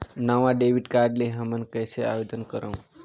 नवा debit card ले हमन कइसे आवेदन करंव?